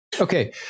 okay